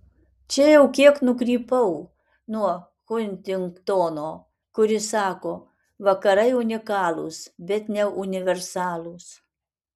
čia jau kiek nukrypau nuo huntingtono kuris sako vakarai unikalūs bet ne universalūs